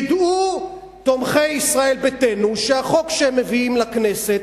ידעו תומכי ישראל ביתנו שהחוק שהם מביאים לכנסת